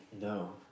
No